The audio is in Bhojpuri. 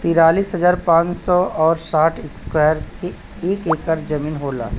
तिरालिस हजार पांच सौ और साठ इस्क्वायर के एक ऐकर जमीन होला